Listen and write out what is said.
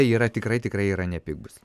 tai yra tikrai tikrai yra nepigūs